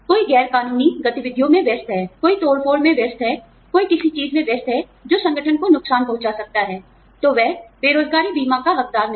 कोई गैर कानूनी गतिविधियों में व्यस्त है कोई तोड़ फोड़ में व्यस्त है कोई किसी चीज में व्यस्त है जो संगठन को नुकसान पहुंचा सकता हैतो वह बेरोज़गारी बीमा का हक़दार नहीं है